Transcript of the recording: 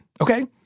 Okay